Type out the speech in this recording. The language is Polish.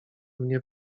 mnie